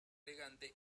elegante